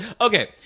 okay